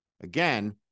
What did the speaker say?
Again